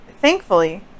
thankfully